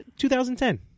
2010